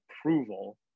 approval